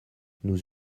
nous